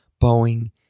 Boeing